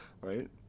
right